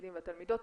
התלמידים והתלמידות.